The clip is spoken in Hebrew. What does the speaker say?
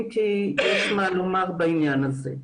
אם כי יש מה לומר בעניין הזה.